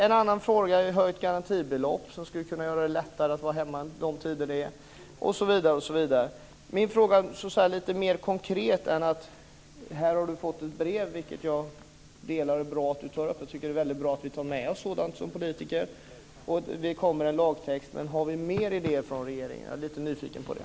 En annan fråga är höjt garantibelopp som skulle kunna göra det lättare att vara hemma de tider det gäller, osv. Min fråga är lite mer konkret än att ministern här har fått ett brev, vilket jag tycker är bra att hon tar upp. Jag tycker att det är bra att vi tar med oss sådant som politiker. Det kommer också en lagtext. Men har regeringen mer idéer? Jag är lite nyfiken på det.